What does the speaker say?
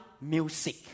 music